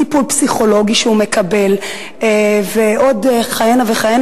טיפול פסיכולוגי שהוא מקבל ועוד כהנה וכהנה,